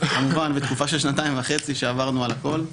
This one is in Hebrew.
אחרי שנתיים וחצי שבהן עברנו על הכול.